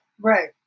Right